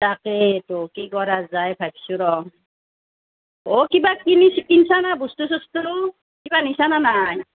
তাকেইতো কি কৰা যায় ভাবিছোঁ ৰহ অঁ কিবা কিনি কিনিছা না বস্তু চস্তু কিবা নিছা নে নাই